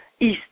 East